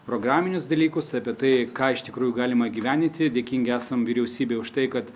programinius dalykus apie tai ką iš tikrųjų galima gyveninti dėkingi esam vyriausybei už tai kad